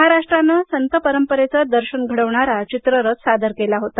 महाराष्ट्रानं संतपरंपरेचे दर्शन घडविणारा चित्ररथ सादर केला होता